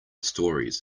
stories